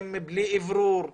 בלי אוורור,